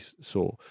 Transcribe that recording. saw